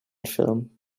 film